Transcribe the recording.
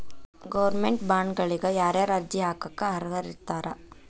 Government ಬಾಂಡ್ಗಳಿಗ ಯಾರ್ಯಾರ ಅರ್ಜಿ ಹಾಕಾಕ ಅರ್ಹರಿರ್ತಾರ?